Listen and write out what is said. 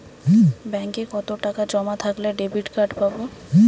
ব্যাঙ্কে কতটাকা জমা থাকলে ডেবিটকার্ড পাব?